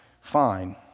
fine